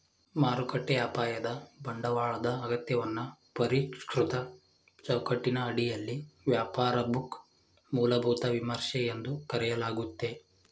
ಮಾರುಕಟ್ಟೆ ಅಪಾಯದ ಬಂಡವಾಳದ ಅಗತ್ಯವನ್ನ ಪರಿಷ್ಕೃತ ಚೌಕಟ್ಟಿನ ಅಡಿಯಲ್ಲಿ ವ್ಯಾಪಾರ ಬುಕ್ ಮೂಲಭೂತ ವಿಮರ್ಶೆ ಎಂದು ಕರೆಯಲಾಗುತ್ತೆ